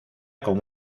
como